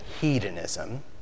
hedonism